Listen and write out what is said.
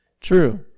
True